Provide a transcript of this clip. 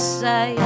say